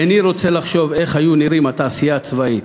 איני רוצה לחשוב איך היו נראות התעשייה הצבאית,